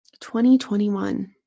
2021